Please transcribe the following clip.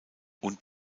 und